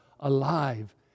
alive